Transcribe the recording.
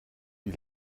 die